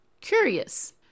curious